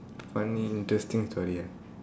funny interesting story ah